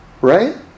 Right